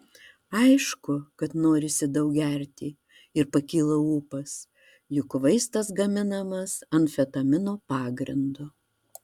aišku kad norisi daug gerti ir pakyla ūpas juk vaistas gaminamas amfetamino pagrindu